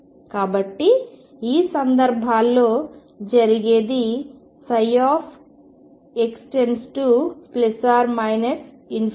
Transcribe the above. కాబట్టి ఈ సందర్భాలలో జరిగేది x→±∞→0